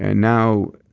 and now,